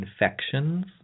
infections